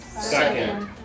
Second